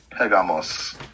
Pegamos